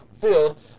field